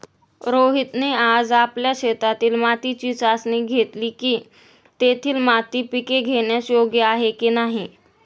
रोहितने आज आपल्या शेतातील मातीची चाचणी घेतली की, तेथील माती पिके घेण्यास योग्य आहे की नाही